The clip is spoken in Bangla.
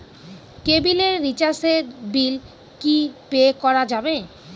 কেবিলের রিচার্জের বিল কি পে করা যাবে?